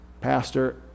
pastor